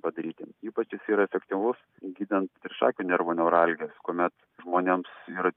padaryti ypač jisai yra efektyvus gydant trišakio nervo neuralgijas kuomet žmonėms yra